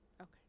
Okay